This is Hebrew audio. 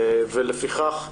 ולפיכך,